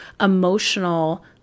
emotional